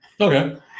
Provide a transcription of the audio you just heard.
Okay